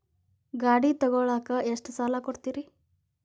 ಗಾಡಿ ತಗೋಳಾಕ್ ಎಷ್ಟ ಸಾಲ ಕೊಡ್ತೇರಿ?